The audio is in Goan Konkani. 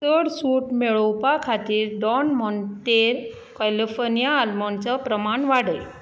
चड सूट मेळोवपा खातीर दोन माँते कॅलिफोर्नीया आलमंडचो प्रमाण वाडय